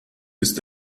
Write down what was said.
ist